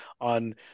on